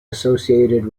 associated